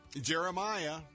Jeremiah